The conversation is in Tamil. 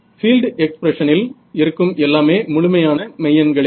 பீல்டு எக்ஸ்ப்ரெஸ்ஸனில் இருக்கும் எல்லாமே முழுமையான மெய்யெண்களே